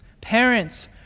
Parents